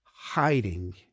hiding